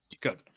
Good